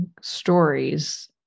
stories